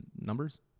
numbers